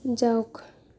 যাওক